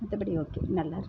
மற்றபடி ஓகே நல்லாயிருக்கு